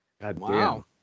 Wow